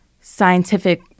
scientific